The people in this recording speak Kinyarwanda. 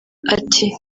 ati